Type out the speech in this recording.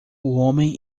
homem